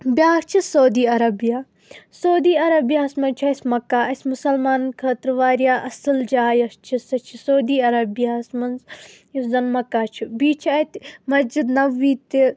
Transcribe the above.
بیاکھ چھِ Saudi Arabia Saudi عربیاہس منٛز چھُ اسہِ مکہ اسہِ مسلمانن خٲطرٕ واریاہ اصٕل جاے یۄس چھِ سۄ چھِ سعودی عربیاہس منٛز یۄس زن مکہ چھُ بیٚیہِ چھُ اتہِ مسجِد نبوی تہِ